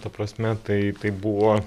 ta prasme tai tai buvo